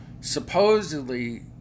supposedly